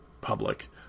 public